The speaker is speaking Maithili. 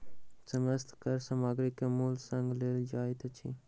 समस्त कर सामग्री के मूल्य संग लेल जाइत अछि